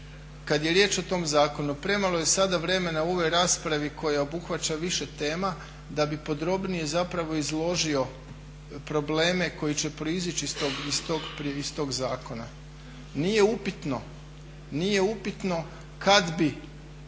Kada je riječ o tom zakonu premalo je sada vremena u ovoj raspravi koja obuhvaća više tema da bi podrobnije zapravo izložio probleme koji će proizići iz tog zakona. Nije upitno, nije upitno kada bi